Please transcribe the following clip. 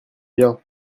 bien